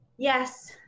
Yes